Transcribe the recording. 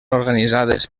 organitzades